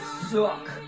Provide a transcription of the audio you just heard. suck